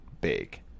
big